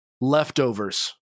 leftovers